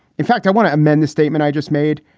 in fact, i want to amend this statement i just made.